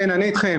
כן, אני אתכם.